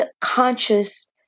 conscious